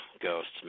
ghosts